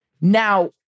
Now